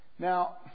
Now